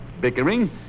bickering